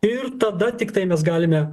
ir tada tiktai mes galime